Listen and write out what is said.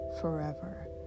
forever